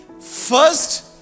first